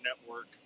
network